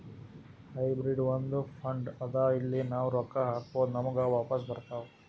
hybrid ಒಂದ್ fund ಅದಾ ಅಲ್ಲಿ ನಾವ್ ರೊಕ್ಕಾ ಹಾಕ್ಬೋದ್ ನಮುಗ ವಾಪಸ್ ಬರ್ತಾವ್